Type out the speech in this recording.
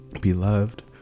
Beloved